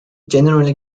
generally